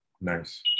Nice